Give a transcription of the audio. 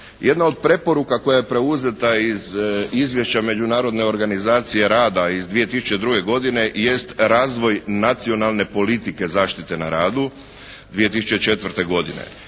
Jedna od preporuka koja je preuzeta iz izvješća Međunarodne organizacije rada iz 2002. godine jest razvoj nacionalne politike zaštite na radu 2004. godine.